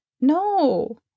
No